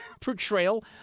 portrayal